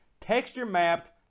texture-mapped